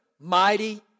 mighty